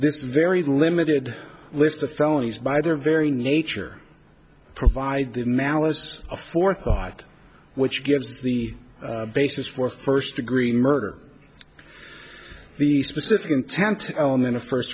this very limited list of felonies by their very nature provide the malice of forethought which gives the basis for a first degree murder the specific intent element of first